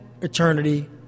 eternity